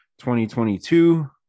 2022